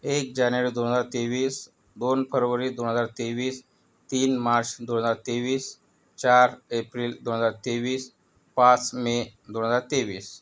एक जानेवारी दोन हजार तेवीस दोन फरवरी दोन हजार तेवीस तीन मार्च दोन हजार तेवीस चार एप्रिल दोन हजार तेवीस पाच मे दोन हजार तेवीस